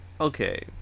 Okay